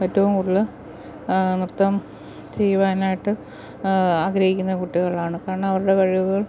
ഏറ്റവും കൂടുതൽ നൃത്തം ചെയ്യുവാനായിട്ട് ആഗ്രഹിക്കുന്നത് കുട്ടികളാണ് കാരണം അവരുടെ കഴിവുകൾ